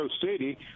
City